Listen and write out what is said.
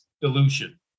dilution